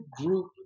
group